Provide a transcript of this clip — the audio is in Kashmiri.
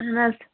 اَہَن حظ